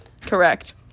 Correct